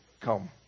come